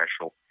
special